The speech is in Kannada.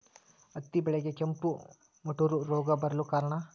ಹತ್ತಿ ಬೆಳೆಗೆ ಕೆಂಪು ಮುಟೂರು ರೋಗ ಬರಲು ಕಾರಣ?